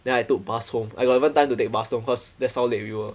then I took bus home I got even time to take bus though cause that's how late we were